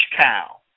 cow